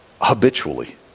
habitually